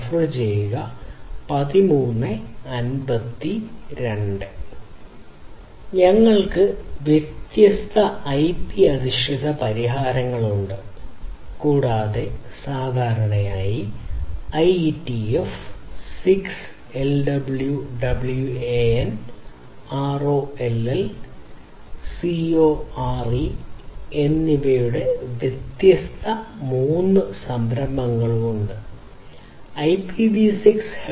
ഞങ്ങൾക്ക് വ്യത്യസ്ത ഐപി അധിഷ്ഠിത പരിഹാരങ്ങളുണ്ട് കൂടാതെ സാധാരണയായി IETF 6LWWAN ROLL CoRE എന്നിവയുടെ വ്യത്യസ്ത സംരംഭങ്ങൾ 3 വ്യത്യസ്തമാണ്